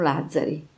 Lazzari